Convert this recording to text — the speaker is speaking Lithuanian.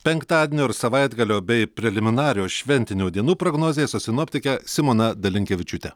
penktadienio ir savaitgalio bei preliminarios šventinių dienų prognozės su sinoptike simona dalinkevičiūte